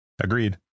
Agreed